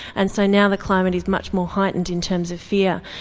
and so now the climate is much more heightened in terms of fear.